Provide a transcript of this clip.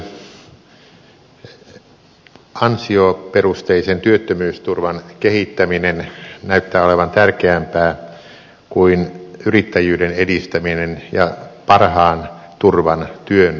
hallitukselle ansioperusteisen työttömyysturvan kehittäminen näyttää olevan tärkeämpää kuin yrittäjyyden edistäminen ja parhaan turvan työn lisääminen